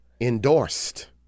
endorsed